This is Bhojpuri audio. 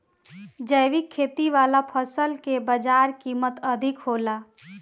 जैविक खेती वाला फसल के बाजार कीमत अधिक होला